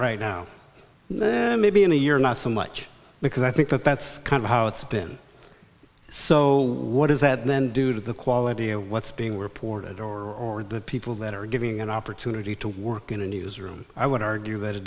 right now maybe in a year not so much because i think that that's kind of how it's been so what does that then do to the quality of what's being reported or the people that are giving an opportunity to work in a newsroom i would argue that it